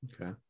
okay